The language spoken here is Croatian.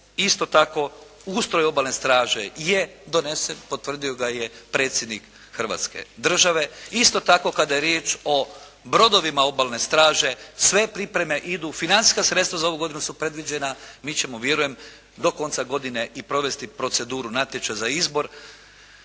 Isto tako ustroj Obalne straže je donesen, potvrdio ga je Predsjednik Hrvatske države. Isto tako kada je riječ o brodovima obalne straže, sve pripreme idu, financijska sredstva za ovu godinu su predviđena, mi ćemo vjerujem do konca godine i provesti proceduru natječaja za izbor